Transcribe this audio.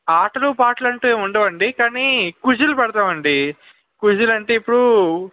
ఆటలు పాటలు అంటూ ఏమి ఉండవు అండి కానీ క్విజ్లు పెడతాము అండి క్విజ్ అంటే ఇప్పుడు